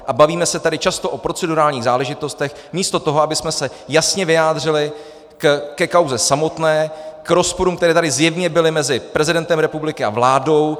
A bavíme se tady často o procedurálních záležitostech místo toho, abychom se jasně vyjádřili ke kauze samotné, k rozporům, které tady zjevně byly mezi prezidentem republiky a vládou.